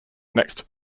next